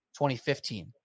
2015